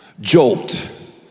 jolt